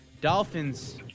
Dolphins